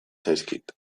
zaizkit